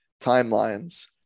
timelines